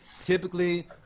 typically